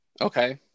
Okay